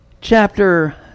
chapter